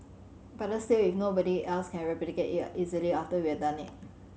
better still if nobody else can replicate it easily after we have done it